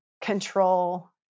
control